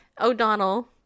O'Donnell